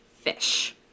Fish